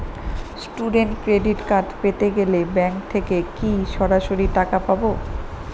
Student credit card পেতে গেলে bank থেকে কি সরাসরি টাকা পাবো?